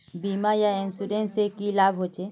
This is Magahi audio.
बीमा या इंश्योरेंस से की लाभ होचे?